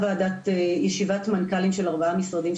התקיימה ישיבת מנכ"לים של ארבעה משרדים,